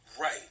right